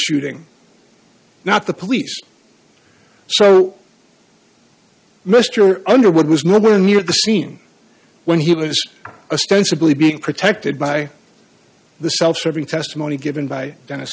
shooting not the police so mr underwood was nowhere near the scene when he was a stone simply being protected by the self serving testimony given by dennis